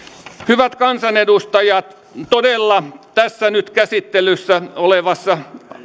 hyvät kansanedustajat todella tässä nyt käsittelyssä olevassa